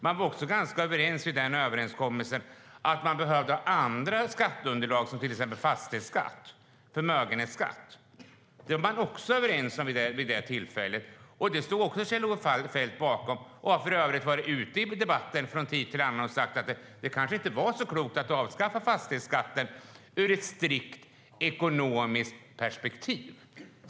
Man var också ganska överens i överenskommelsen om att man behövde ha andra skatteunderlag, till exempel fastighetsskatt och förmögenhetsskatt. Det stod också Kjell-Olof Feldt bakom. Han har för övrigt varit ute i debatten från tid till annan och sagt att det kanske inte var så klokt att avskaffa fastighetsskatten ur ett strikt ekonomiskt perspektiv.